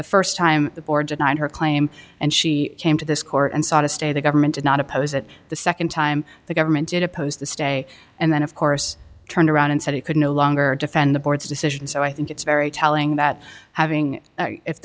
the first time the board denied her claim and she came to this court and sought a stay the government did not oppose it the second time the government did oppose the stay and then of course turned around and said he could no longer defend the board's decision so i think it's very telling that having